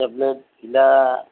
tablet ধিলা